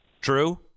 True